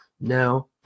No